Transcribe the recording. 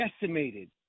decimated